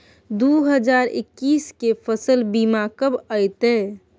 दु हजार एक्कीस के फसल बीमा कब अयतै?